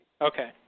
Okay